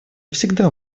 всегда